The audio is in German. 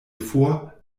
vor